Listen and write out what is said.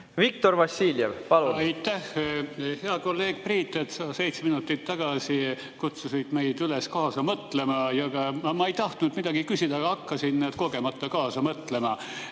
Viktor Vassiljev, palun! Aitäh! Hea kolleeg Priit! Sa seitse minutit tagasi kutsusid meid üles kaasa mõtlema. Ma ei tahtnudki midagi küsida, aga hakkasin kogemata kaasa mõtlema.